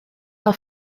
auf